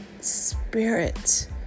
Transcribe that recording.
spirit